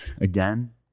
Again